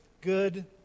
good